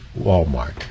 Walmart